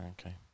okay